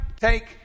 take